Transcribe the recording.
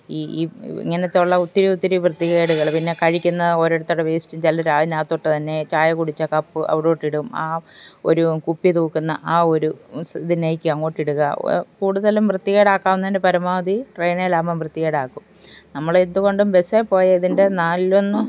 ഈ ഈ ഇങ്ങനത്തുള്ള ഒത്തിരി ഒത്തിരി വൃത്തിക്കേടുകൾ പിന്നെ കഴിക്കുന്ന ഓരോരുത്തരുടെ വേസ്റ്റിൻ്റെ എല്ലാവരും അതിനകത്തോട്ടു തന്നെ ചായ കുടിച്ചാൽ കപ്പ് അവിടോട്ടിടും ആ ഒരു കുപ്പി തൂക്കുന്ന ആ ഒരു ഇതിനേക്കങ്ങോട്ടിടുക കൂടുതലും വൃത്തികേടാക്കാവുന്നതിൻ്റെ പരമാവധി ട്രെയിനേലാകുമ്പം വൃത്തികേടാക്കും നമ്മളെന്തു കൊണ്ടും ബസ്സിൽ പോയാൽ ഇതിൻ്റെ നാലിലൊന്ന്